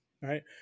right